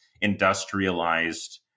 industrialized